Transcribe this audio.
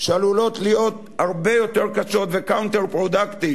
שעלולות להיות הרבה יותר קשות ו-counterproductive,